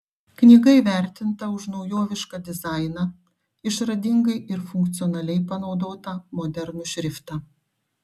knyga įvertinta už naujovišką dizainą išradingai ir funkcionaliai panaudotą modernų šriftą